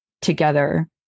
together